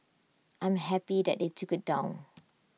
I am happy they took IT down